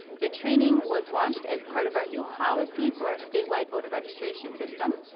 the training was launched as part of our new policy for our statewide voter registration system.